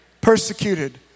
persecuted